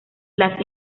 las